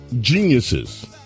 geniuses